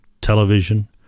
television